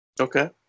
Okay